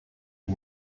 die